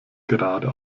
gerade